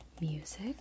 Music